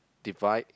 divide